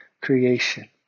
creation